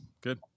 good